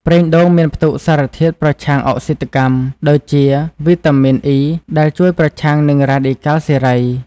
ប្រេងដូងមានផ្ទុក សារធាតុប្រឆាំងអុកស៊ីតកម្ម ដូចជា វីតាមីន អុី (E) ដែលជួយប្រឆាំងនឹងរ៉ាឌីកាល់សេរី។